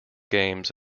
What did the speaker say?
games